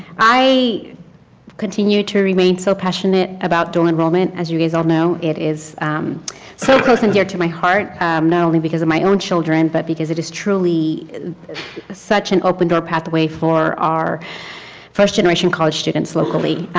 i continue to remain so passionate about dual enrollment. as you guys all know it is so close and dear to my heart not only because of my own children but because it is truly such an open-door door pathway for our first generation college students locally.